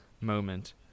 moment